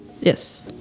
Yes